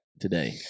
today